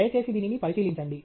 దయచేసి దీనిని పరిశీలించండి